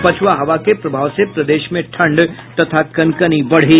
और पछ्आ हवा के प्रभाव से प्रदेश में ठंड तथा कनकनी बढ़ी